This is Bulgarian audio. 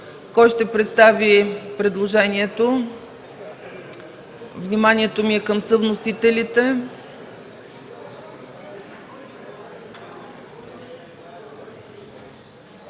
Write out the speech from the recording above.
Кой ще представи предложението? Вниманието ми е към съвносителите.